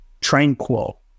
tranquil